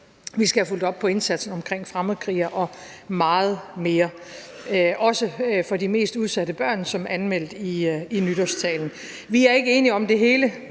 vi skal have fulgt op på indsatsen i forbindelse med fremmedkrigere og meget mere, og vi skal styrke indsatsen for de mest udsatte børn, som anmeldt i nytårstalen. Vi er ikke enige om det hele,